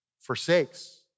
Forsakes